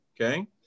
okay